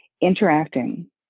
interacting